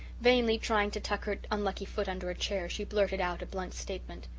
vainly trying to tuck her unlucky foot under her chair, she blurted out a blunt statement.